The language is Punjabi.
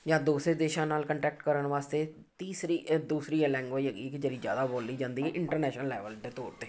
ਜਾਂ ਦੂਸਰੇ ਦੇਸ਼ਾਂ ਨਾਲ ਕੰਟੈਕਟ ਕਰਨ ਵਾਸਤੇ ਤੀਸਰੀ ਅ ਦੂਸਰੀ ਇਹ ਲੈਂਗੁਏਜ ਹੈਗੀ ਕਿ ਜਿਹੜੀ ਜ਼ਿਆਦਾ ਬੋਲੀ ਜਾਂਦੀ ਹੈ ਇੰਟਰਨੈਸ਼ਨਲ ਲੈਵਲ ਦੇ ਤੌਰ 'ਤੇ